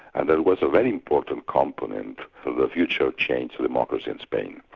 and that was a very important component for the future change to democracy in spain.